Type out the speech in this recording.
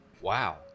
wow